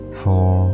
four